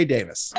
Davis